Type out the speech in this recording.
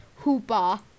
Hoopa